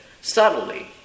subtly